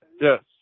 Yes